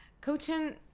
coaching